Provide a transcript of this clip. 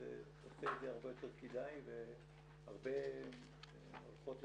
שזה עושה את זה הרבה יותר כדאי והרבה הולכות לתהליך,